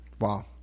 Wow